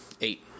Eight